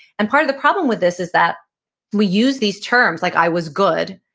and part of the problem with this is that we use these terms, like i was good,